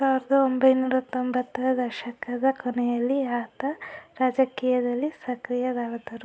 ಸಾವಿರ್ದ ಒಂಬೈನೂರ ತೊಂಬತ್ತರ ದಶಕದ ಕೊನೆಯಲ್ಲಿ ಆತ ರಾಜಕೀಯದಲ್ಲಿ ಸಕ್ರಿಯರಾದರು